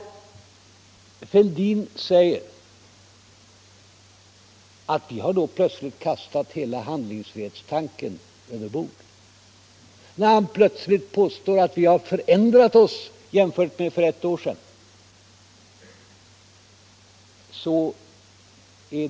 Herr Fälldin säger att vi plötsligt har kastat hela handlingsfrihetstanken över bord och att vi har förändrat oss jämfört med för ett år sedan.